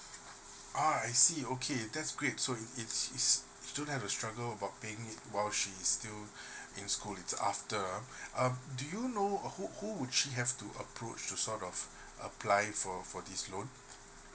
ah I see okay that's great so it's it's you don't have to struggle about piaying it while she still in school is after ah um ) do you know or who who would she has to approach to sort of apply for for this loan